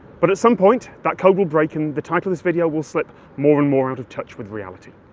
but at some point, that code will break, and the title of this video will slip more and more out of touch with reality.